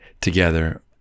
together